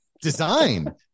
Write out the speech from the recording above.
Design